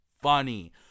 funny